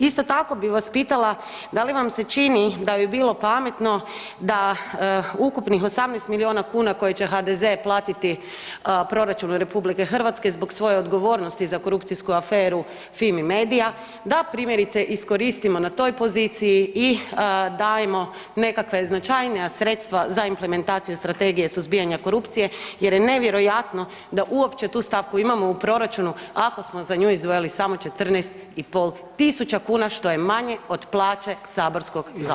Isto tako bi vas pitala, da li vam se čini da bi bilo pametno da ukupnih 18 milijuna kuna platiti proračunu RH zbog svoje odgovornosti za korupcijsku aferu FIMI medija da, primjerice iskoristimo i na toj poziciji i dajemo nekakve značajnija sredstva za implementaciju strategije suzbijanja korupcije jer je nevjerojatno da uopće tu stavku imamo u proračunu, ako smo za nju izdvojili samo 14,5 tisuća kuna, što je manje od plaće saborskog zastupnika.